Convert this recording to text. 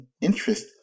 interest